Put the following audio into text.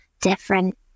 different